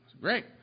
Great